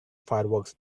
fireworks